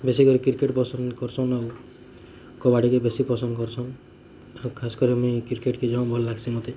ବେଶୀ କରି କ୍ରିକେଟ୍ ପସନ୍ଦ କରୁସନ୍ ଆଉ କବାଡ଼ି କେ ବେଶୀ ପସନ୍ଦ କରୁସନ୍ ଖାସ୍ କରି ମି କ୍ରିକେଟ୍ କି ଜମା ଭଲ ଲାଗ୍ସି ମୋତେ